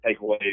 takeaway